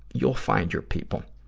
you'll find your people.